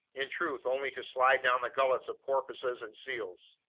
in truth only to slide down the gullets of porpoises and seals.